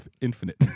infinite